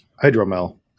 hydromel